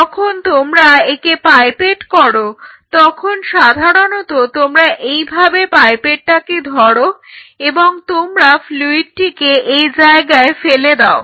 যখন তোমরা একে পাইপেট করো তখন সাধারণত তোমরা এইভাবে পাইপেটটাকে ধরো এবং তোমরা ফ্লুইডটিকে এই জায়গায় ফেলে দাও